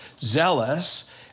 zealous